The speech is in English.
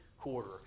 quarter